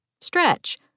stretch